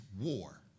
war